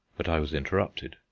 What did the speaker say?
but i was interrupted.